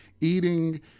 eating